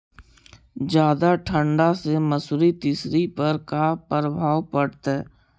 जादा ठंडा से मसुरी, तिसी पर का परभाव पड़तै?